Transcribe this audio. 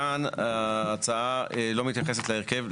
כאן ההצעה לא מתייחסת להרכב,